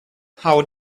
how